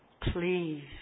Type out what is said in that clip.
please